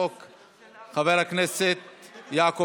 של חברי הכנסת יעקב